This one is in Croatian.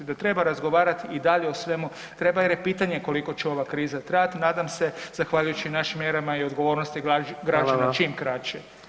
Da treba razgovarati i dalje o svemu, treba jer je pitanje koliko će ova kriza trajat, nadam se zahvaljujući našim mjerama i odgovornosti građana čim kraće.